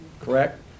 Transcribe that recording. correct